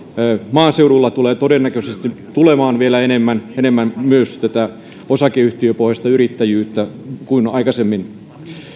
maaseudulla tulee todennäköisesti olemaan vielä enemmän enemmän myös tätä osakeyhtiöpohjaista yrittäjyyttä kuin aikaisemmin